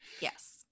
Yes